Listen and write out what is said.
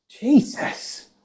Jesus